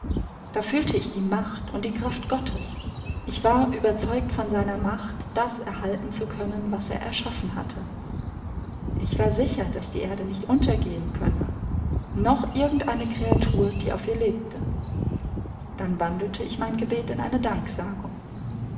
da fühlte ich die macht und die kraft gottes ich war überzeugt von seiner macht das erhalten zu können was er erschaffen hatte ich war sicher daß die erde nicht untergehen könne noch irgend eine kreatur die auf ihr lebte dann wandelte ich mein gebet in eine danksagung